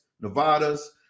Nevada's